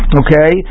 okay